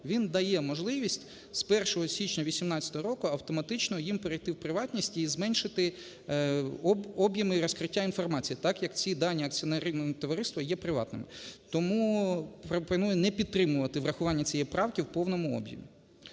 Він дає можливість з 1 січня 2018 року автоматично їм перейти в приватність і зменшити об'єми розкриття інформації, так як ці дані акціонерні товариства є приватними. Тому пропонує не підтримувати врахування цієї правки в повному об'ємі.